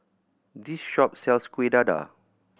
this shop sells Kueh Dadar